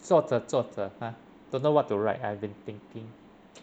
作者作者 !huh! don't know what to write I've been thinking